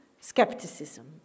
skepticism